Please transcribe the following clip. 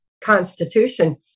constitution